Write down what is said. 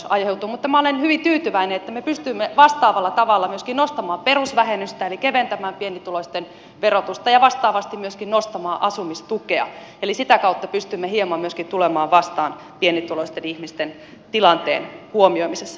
mutta minä olen hyvin tyytyväinen että me pystyimme vastaavalla tavalla myöskin nostamaan perusvähennystä eli keventämään pienituloisten verotusta ja vastaavasti myöskin nostamaan asumistukea eli sitä kautta pystymme hieman myöskin tulemaan vastaan pienituloisten ihmisten tilanteen huomioimisessa